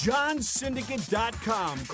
JohnSyndicate.com